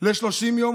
ל-30 יום,